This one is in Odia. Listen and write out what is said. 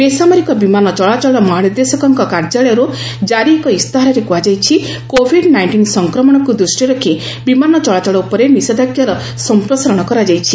ବେସାମରିକ ବିମାନ ଚଳାଚଳ ମହାନିର୍ଦ୍ଦେଶକଙ୍କ କାର୍ଯ୍ୟାଳୟରୁ କାରି ଏକ ଇସ୍ତାହାରରେ କୁହାଯାଇଛି କୋଭିଡ୍ ନାଇଷ୍ଟିନ୍ ସଂକ୍ରମଣକୁ ଦୃଷ୍ଟିରେ ରଖି ବିମାନ ଚଳାଚଳ ଉପରେ ନିଷେଧାଜ୍ଞାର ସମ୍ପ୍ରସାରଣ କରାଯାଇଛି